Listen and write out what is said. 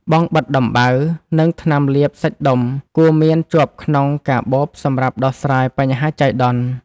បង់បិទដំបៅ និងថ្នាំលាបសាច់ដុំ គួរមានជាប់ក្នុងកាបូបសម្រាប់ដោះស្រាយបញ្ហាចៃដន្យ។